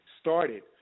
started